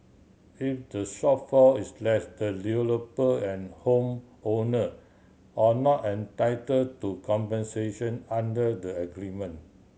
if the shortfall is less the developer and home owner are not entitle to compensation under the agreement